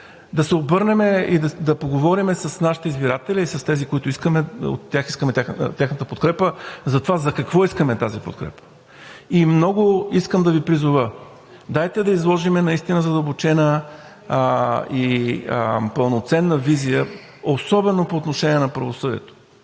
да се обърнем и да поговорим с нашите избиратели, а и с тези, от които искаме тяхната подкрепа за това за какво искаме тази подкрепа. Искам да Ви призова: дайте да изложим наистина задълбочена и пълноценна визия особено по отношение на правосъдието.